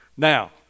Now